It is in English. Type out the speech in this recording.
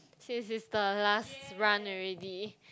she is is the last run already